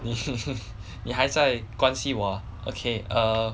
你你还在关心我 okay err